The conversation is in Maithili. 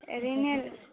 रिने